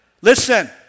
Listen